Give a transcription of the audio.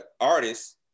artists